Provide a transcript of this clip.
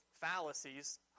fallacies